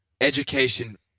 education